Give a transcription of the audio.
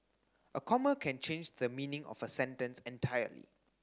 a comma can change the meaning of a sentence entirely